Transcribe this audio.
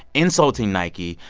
insulting nike.